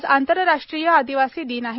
आज आंतरराष्ट्रीय आदिवासी दिन आहे